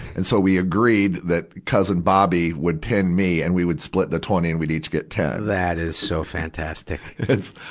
and so, we agreed that cousin bobby would pin me, and we would split the twenty and we would each get ten. that is so fantastic. it's,